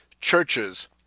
churches